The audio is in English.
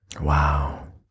Wow